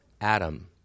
Adam